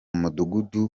mudugudu